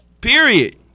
Period